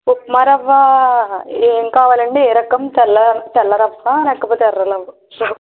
ఉప్మా రవ ఏమి కావాలండి ఏ రకం తెల్ల తెల్ల రవ లేకపోతే ఎర్ర రవ సో